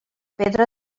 pedra